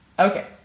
Okay